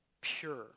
pure